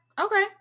Okay